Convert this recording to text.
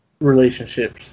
relationships